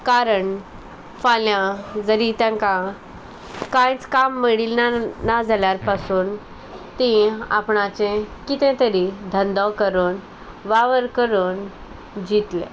कारण फाल्यां जरी तेंकां कांयच काम मेळिल्लें ना ना जाल्यार पासून तीं आपणाचें कितें तरी धंदो करून वावर करून जियेतले